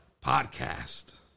podcast